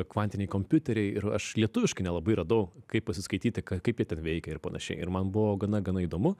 kvantiniai kompiuteriai ir aš lietuviškai nelabai radau kaip pasiskaityti kaip jie ten veikia ir panašiai ir man buvo gana gana įdomu